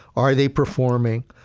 are they performing?